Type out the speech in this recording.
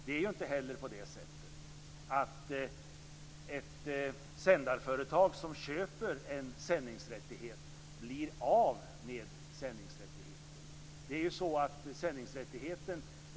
Det är ju inte på det sättet att ett sändarföretag som köper en sändningsrätt blir av med sändningsrätten.